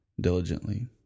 diligently